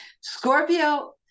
Scorpio